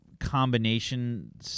combination